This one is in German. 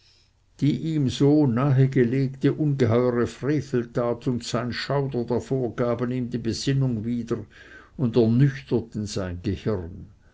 die ihm so nahegelegte ungeheure freveltat und sein schauder davor gaben ihm die besinnung wieder und ernüchterten sein gehirn